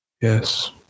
yes